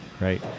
right